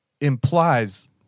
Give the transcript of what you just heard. implies